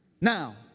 now